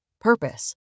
Purpose